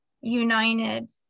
united